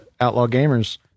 OutlawGamers